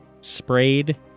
sprayed